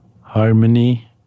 Harmony